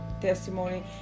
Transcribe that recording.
testimony